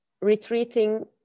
retreating